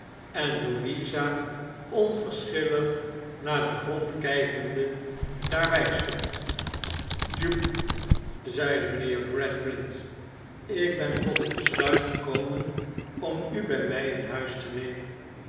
en louisa onverschillig naar den grond kijkende daarbij stond jupe zeide mijnheer gradgrind ik ben tot het besluit gekomen om u bij mij in huis te nemen